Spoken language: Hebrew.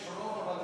יש רוב, אבל